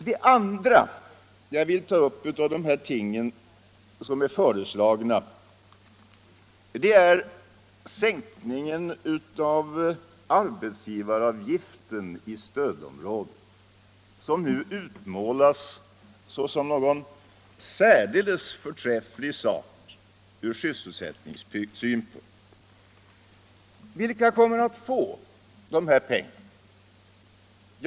Det andra jag vill ta upp av de ting som de borgerliga föreslagit är sänkningen av arbetsgivaravgiften i stödområdet som nu utmålas såsom en särdeles förträfflig sak ur sysselsättningssynpunkt. Vilka kommer att få de pengarna?